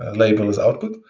label as output.